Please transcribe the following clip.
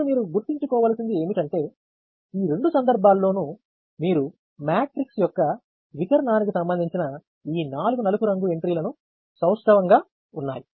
ఇప్పుడు మీరు గుర్తించుకోవలసింది ఏమిటంటే ఈ రెండు సందర్భాల్లోనూ మీరు మ్యాట్రిక్స్ యొక్క వికర్ణానికి సంబంధించిన ఈ నాలుగు నలుపు రంగు ఎంట్రీలను సౌష్టవంసిమెట్రిక్ గా ఉన్నాయి